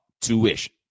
tuition